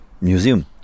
Museum